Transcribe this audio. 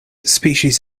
species